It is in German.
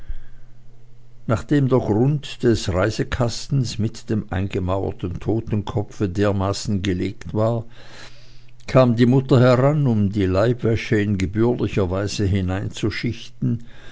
nachdem der grund des reisekastens mit dem eingemauerten totenkopfe dermaßen gelegt war kam die mutter heran um die neue leibwäsche in gebührlicher weise hineinzuschichten